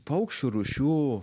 paukščių rūšių